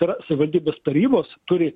tai yra savivaldybės tarybos turi